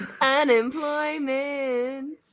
Unemployment